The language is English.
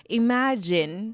imagine